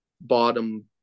bottom